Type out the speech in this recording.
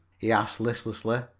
he asked listlessly.